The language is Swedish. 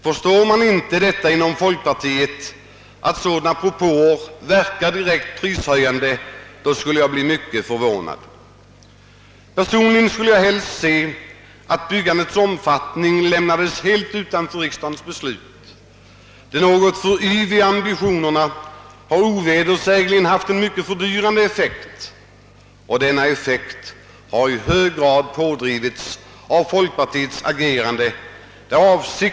Förstår man inte inom folkpartiet att sådana propåer verkar direkt prishöjande, skulle jag bli mycket förvånad. Personligen skulle jag helst se att bostadsbyggandets omfattning inte bestämdes av riksdagen. De något för yviga ambitionerna har ovedersägligen haft en mycket fördyrande effekt, och det är i hög grad folkpartiets agerande som har drivit fram denna.